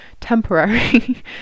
temporary